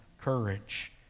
courage